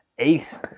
Eight